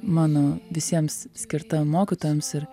mano visiems skirta mokytojams ir